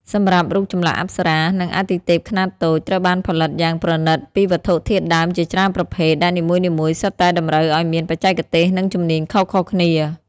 សម្រាប់ រូបចម្លាក់អប្សរា និងអាទិទេពខ្នាតតូច ត្រូវបានផលិតយ៉ាងប្រណិតពីវត្ថុធាតុដើមជាច្រើនប្រភេទ ដែលនីមួយៗសុទ្ធតែតម្រូវឱ្យមានបច្ចេកទេស និងជំនាញខុសៗគ្នា។